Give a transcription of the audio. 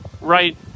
right